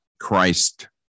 Christ